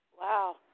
Wow